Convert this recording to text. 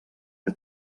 que